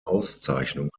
auszeichnungen